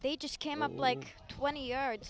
they just came up like twenty yards